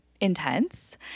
intense